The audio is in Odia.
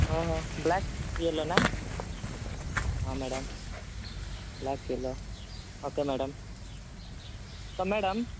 ଓହୋ ବ୍ଲାକ୍ ୟେଲୋ ନା ହଁ madam black yellow okay madam ତ ମ୍ୟାଡ଼ାମ୍